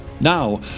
Now